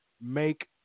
make